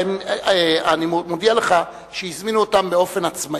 אני מודיע לך שהזמינו אותם באופן עצמאי.